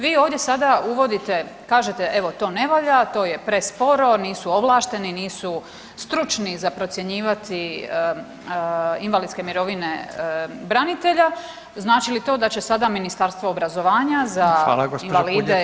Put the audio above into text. Vi ovdje sada uvodite, kažete evo to ne valja, to je presporo, nisu ovlašteni, nisu stručni za procjenjivati invalidske mirovine branitelja, znači li to da će sada Ministarstvo obrazovanja za invalide